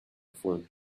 phone